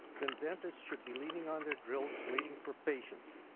then dentists should be leaning on their drills waiting for patients.